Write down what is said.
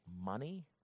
money